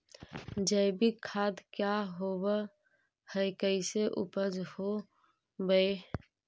जैविक खाद क्या होब हाय कैसे उपज हो ब्हाय?